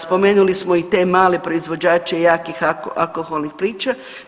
Spomenuli smo i te male proizvođače jakih alkoholnih pića.